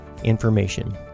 information